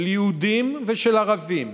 של יהודים ושל ערבים,